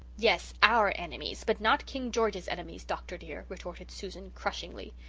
yes, our enemies, but not king george's enemies, doctor dear, retorted susan crushingly.